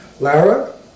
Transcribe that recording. Lara